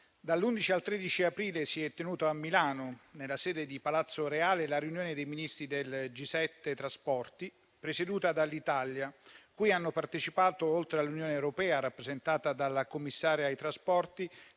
dall'11 al 13 aprile si è tenuto a Milano, nella sede di Palazzo Reale, la riunione dei Ministri del G7 trasporti presieduta dall'Italia, cui hanno partecipato, oltre all'Unione europea rappresentata dalla Commissaria ai trasporti,